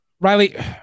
Riley